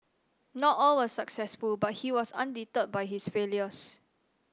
not all were successful but he was undeterred by his failures